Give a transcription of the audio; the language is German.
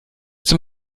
zum